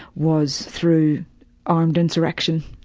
was through armed insurrection.